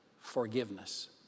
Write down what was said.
forgiveness